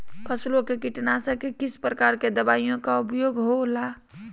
फसलों के कीटनाशक के किस प्रकार के दवाइयों का उपयोग हो ला?